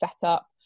setup